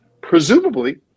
presumably